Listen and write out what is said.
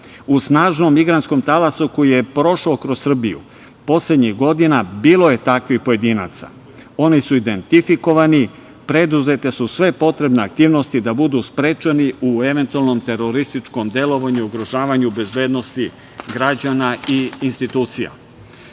u snažnom migrantskom talasu koji je prošao kroz Srbiju. Poslednjih godina bilo je takvih pojedinaca. Oni su identifikovani, preduzete su sve potrebne aktivnosti da budu sprečeni u eventualnom terorističkom delovanju i ugrožavanju bezbednosti građana i institucija. Ovaj